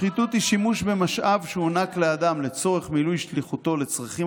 "שחיתות היא שימוש במשאב שהוענק לאדם לצורך מילוי שליחותו לצרכים